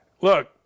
Look